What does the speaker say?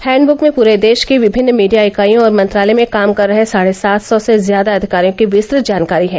हैंडब्रक में पूरे देश की विभिन्न मीडिया इकाइयों और मंत्रालय में काम कर रहे साढे सात सौ से ज्यादा अधिकारियों की विस्तृत जानकारी है